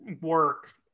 work